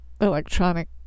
electronic